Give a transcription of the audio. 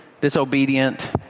disobedient